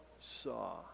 saw